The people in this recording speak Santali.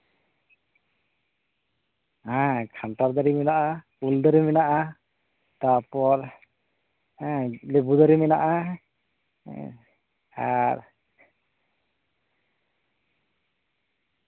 ᱦᱮᱸ ᱠᱟᱱᱴᱷᱟᱲ ᱫᱟᱨᱮ ᱢᱮᱱᱟᱜᱼᱟ ᱩᱞ ᱫᱟᱨᱮ ᱢᱮᱱᱟᱜᱼᱟ ᱛᱟᱯᱚᱨ ᱦᱮᱸ ᱞᱤᱵᱩ ᱫᱟᱨᱮ ᱢᱮᱱᱟᱜᱼᱟ ᱦᱩᱸ ᱟᱨ